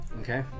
Okay